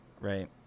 right